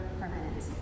permanent